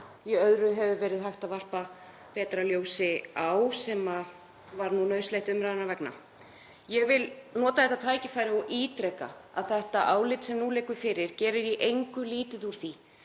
og hægt hefur verið að varpa betra ljósi á annað, sem var nauðsynlegt umræðunnar vegna. Ég vil nota þetta tækifæri og ítreka að það álit sem nú liggur fyrir gerir í engu lítið úr því